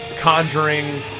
conjuring